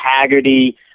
Haggerty